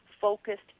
focused